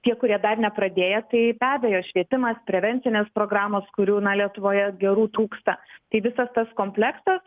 tie kurie dar nepradėję tai be abejo švietimas prevencinės programos kurių na lietuvoje gerų trūksta tai visas tas kompleksas